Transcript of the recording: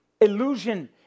illusion